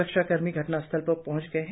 स्रक्षाकर्मी घटनास्थल पर पहंच गए हैं